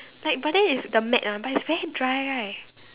like but then it's the matte one but it's very dry right